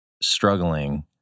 struggling